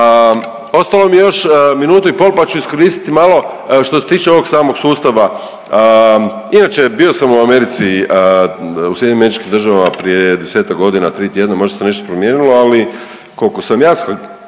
Ostalo mi je još minutu i pol pa ću iskoristiti malo što se tiče ovog samog sustava. Inače, bio sam u Americi, u SAD-u prije 10-ak godina, 3 tjedna, možda se nešto promijenilo, ali koliko sam ja